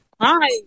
Hi